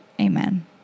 Amen